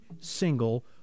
single